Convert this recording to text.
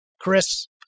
Chris